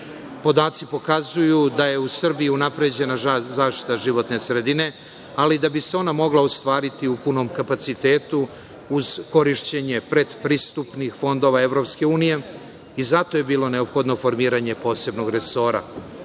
pokazuju da je u Srbiji unapređena zaštita životne sredine, ali da bi se ona mogla ostvariti u punom kapacitetu uz korišćenje pretpristupnih fondova EU, zato je bilo neophodno formiranje posebnog resora.